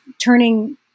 turning